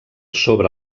sobre